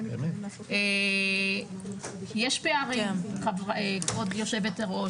יש פערים כבוד היו"ר,